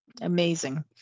amazing